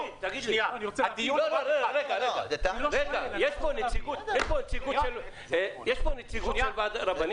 תגיד לי ------ יש פה נציגות של ועדת הרבנים?